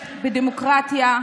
בדמוקרטיה,